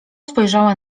spojrzała